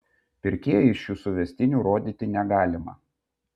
pirkėjui šių suvestinių rodyti negalima